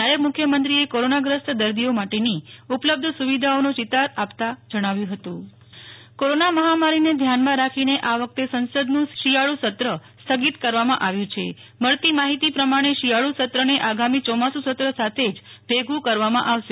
નાયબ મુખ્યમંત્રીએ કોરોનાગ્રસ્ત દર્દીઓ માટેની ઉપલબ્ધ સુવિધાઓનો ચિતાર આપતા જણાવ્યુ હતું નેહ્લ ઠક્કર શિયાળુ સત્ર સ્થગિત કોરોના મહામારીને ધ્યાનમાં રાખીને આ વખતે સંસદનું શિયાળુ સત્ર સ્થગિત કરવામાં આવ્યું છે મળતી માહિતી પ્રમાણે શિયાળું સત્રને આગામી ચોમાસું સત્ર સાથે જ ભેગું કરવામાં આવશે